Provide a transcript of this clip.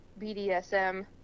BDSM